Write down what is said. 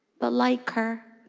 but like her,